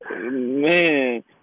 Man